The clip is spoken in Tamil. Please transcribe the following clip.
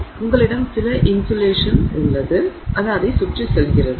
எனவே உங்களிடம் சில இன்சுலேஷன் உள்ளது சுற்றி செல்கிறது